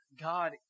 God